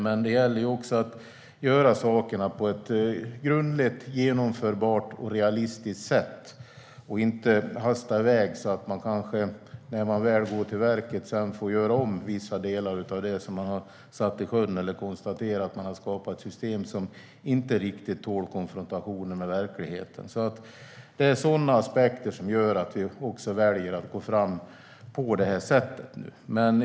Men det gäller också att göra sakerna på ett grundligt, genomförbart och realistiskt sätt och inte hasta iväg, så att man, när man väl skrider till verket, får göra om vissa delar av det man har satt i sjön eller konstatera att man har skapat ett system inte riktigt tål konfrontationen med verkligheten. Det är sådana aspekter som gör att vi väljer att gå fram på det här sättet.